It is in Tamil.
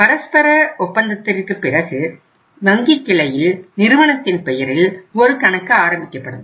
பரஸ்பர ஒப்பந்தத்திற்குப் பிறகு வங்கிக் கிளையில் நிறுவனத்தின் பெயரில் ஒரு கணக்கு ஆரம்பிக்கப்படும்